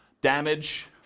Damage